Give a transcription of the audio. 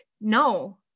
no